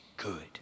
good